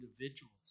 individuals